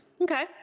Okay